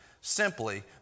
simply